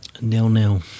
Nil-nil